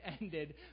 ended